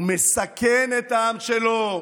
הוא מסכן את העם שלו.